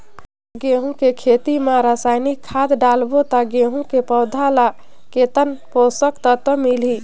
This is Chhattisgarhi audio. गंहू के खेती मां रसायनिक खाद डालबो ता गंहू के पौधा ला कितन पोषक तत्व मिलही?